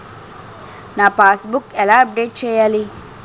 నా pass book ఎలా update చేయాలి?